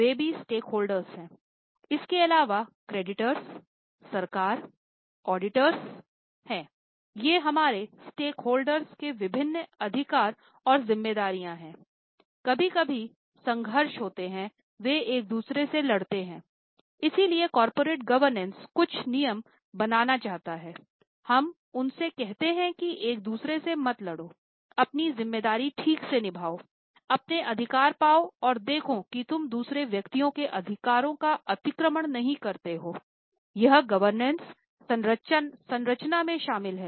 वे भी स्टेकहोल्डर्स का अभिन्न अंग है